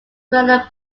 welland